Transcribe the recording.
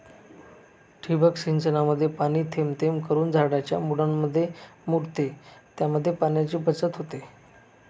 ठिबक सिंचनामध्ये पाणी थेंब थेंब करून झाडाच्या मुळांमध्ये मुरते, त्यामुळे पाण्याची बचत होते